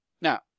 Now